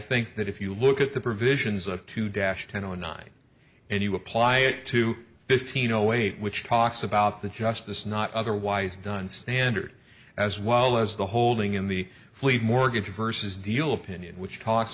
think that if you look at the provisions of two dash ten or nine and you apply it to fifteen zero eight which talks about the justice not otherwise done standard as well as the holding in the fleet mortgage versus deal opinion which talks